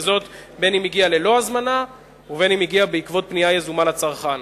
וזאת בין שהגיע ללא הזמנה ובין שהגיע בעקבות פנייה יזומה לצרכן.